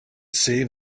save